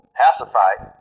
pacified